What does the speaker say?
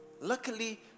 Luckily